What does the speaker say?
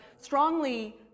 strongly